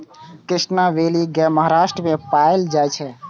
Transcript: Krishna valley गाय महाराष्ट्र मे पाएल जाइ छै